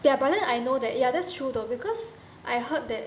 ya but then I know that yeah that's true though because I heard that